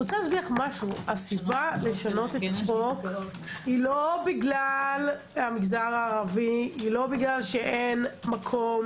הסיבה לשנות את החוק היא לא בגלל המגזר הערבי או כי אין מקום